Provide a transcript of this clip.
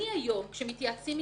הגורם המקצועי היום אומר לי.